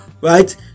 right